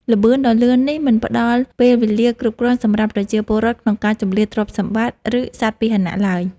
ល្បឿនដ៏លឿននេះមិនផ្ដល់ពេលវេលាគ្រប់គ្រាន់សម្រាប់ប្រជាពលរដ្ឋក្នុងការជម្លៀសទ្រព្យសម្បត្តិ ឬសត្វពាហនៈឡើយ។